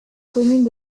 communes